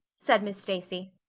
said miss stacy.